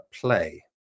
play